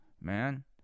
man